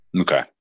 Okay